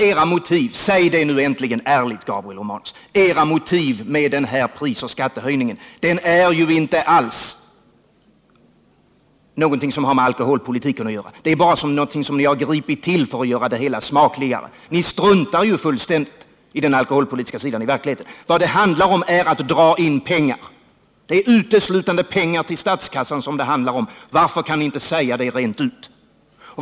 Era motiv — säg det nu äntligen ärligt, Gabriel Romanus — för denna prisoch skattehöjning har inte alls med alkoholpolitiken att göra. Det är bara någonting som ni gripit till för att göra det hela smakligare. I verkligheten struntar ni ju fullständigt i den alkoholpolitiska sidan av de föreslagma åtgärderna . Vad det handlar om är att dra in pengar. Det är uteslutande pengar till statskassan som det handlar om. Varför kan ni inte säga det rent ut?